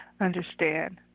understand